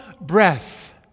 breath